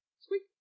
Squeak